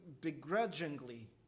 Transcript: begrudgingly